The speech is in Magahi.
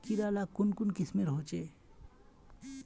कीड़ा ला कुन कुन किस्मेर होचए?